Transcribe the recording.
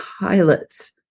pilots